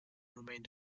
remained